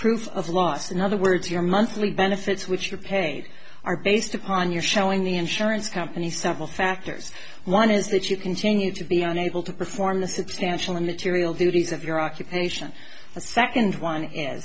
proof of loss in other words your monthly benefits which are paid are based upon your showing the insurance company several factors one is that you continue to be on able to perform the substantial and material duties of your occupation the second one is